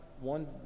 one